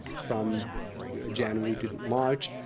from january to march,